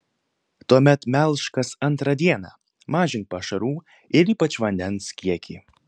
tuomet melžk kas antrą dieną mažink pašarų ir ypač vandens kiekį